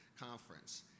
conference